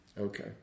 okay